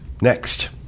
next